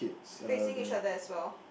facing each other as well